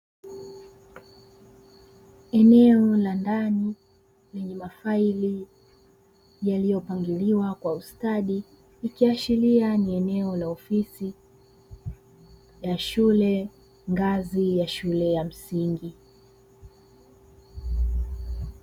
Eneo la ndani lenye mafaili yaliyopangiliwa kwa ustadi ikiashiria ni eneo la ofisi ya shule, ngazi ya shule msingi.